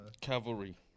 Cavalry